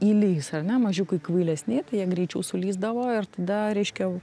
įlįs ar ne mažiukai kvailesni tai jie greičiau sulįsdavo ir tada reiškia